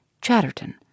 Chatterton